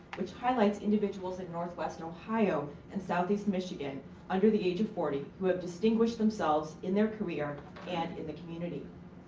which highlights individuals in northwest ohio and southeast michigan under the age of forty who have distinguished themselves in their career and in the community.